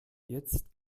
jetzt